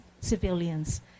civilians